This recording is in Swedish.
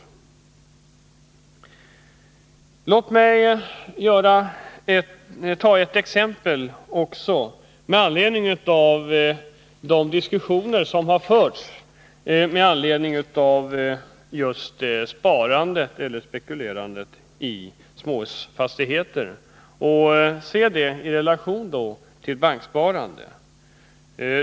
Låt mig också ta ett exempel med anledning av de diskussioner som har förts om spekulerandet i småhusfastigheter och samtidigt göra en jämförelse med banksparandet!